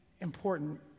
important